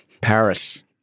Paris